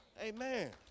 Amen